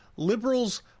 liberals